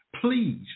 Please